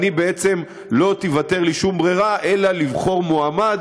ובעצם לא תיוותר לי שום ברירה אלא לבחור מועמד